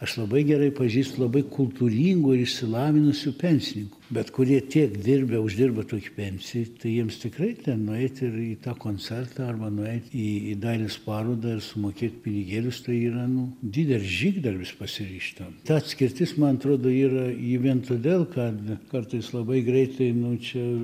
aš labai gerai pažįstu labai kultūringų ir išsilavinusių pensininkų bet kurie tiek dirbę uždirba tokį pensija tai jiems tikrai ten nueit ir į tą koncertą arba nueiti į į dailės parodą ir sumokėt pinigėlius tai yra nu didelis žygdarbis pasiryžt tam ta atskirtis man atrodo yra ji vien todėl kad kartais labai greitai nu čia